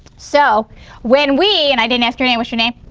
so when we and i didn't ask your name, what's your name?